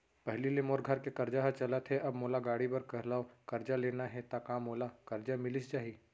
पहिली ले मोर घर के करजा ह चलत हे, अब मोला गाड़ी बर घलव करजा लेना हे ता का मोला करजा मिलिस जाही?